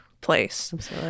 place